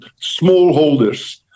smallholders